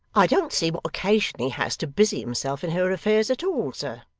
i don't see what occasion he has to busy himself in her affairs at all, sir